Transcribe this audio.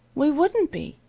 we wouldn't be.